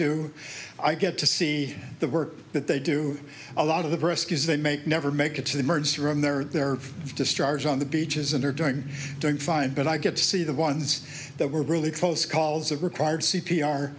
do i get to see the work that they do a lot of rescues they make never make it to the emergency room they're there discharge on the beaches and they're doing doing fine but i get to see the ones that were really close calls that required c